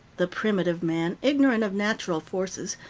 the primitive man, ignorant of natural forces,